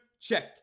Check